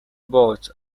bought